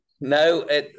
no